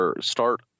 start